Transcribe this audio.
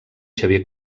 xavier